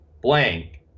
blank